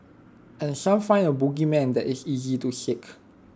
and some find A bogeyman that is easy to seek